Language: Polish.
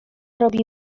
robi